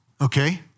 Okay